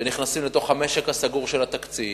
שנכנסים לתוך המשק הסגור של התקציב.